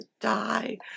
die